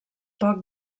poc